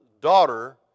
daughter